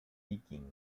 vikings